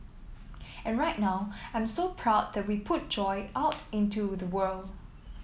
and right now I'm so proud that we put joy out into the world